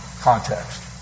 context